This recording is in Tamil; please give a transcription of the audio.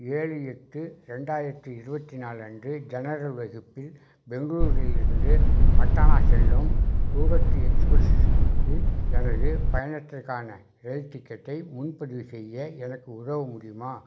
ஏழு எட்டு ரெண்டாயிரத்தி இருபத்தி நாலு அன்று ஜெனரல் வகுப்பில் பெங்களூரிலிருந்து பட்டனா செல்லும் தூரத்து எக்ஸ்பிரஸ்யில் எனது பயணத்திற்கான ரயில் டிக்கெட்டை முன்பதிவு செய்ய எனக்கு உதவ முடியுமா